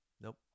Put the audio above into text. Nope